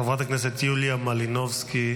חברת הכנסת יוליה מלינובסקי,